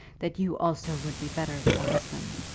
that you also would be better with a husband.